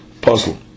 Puzzle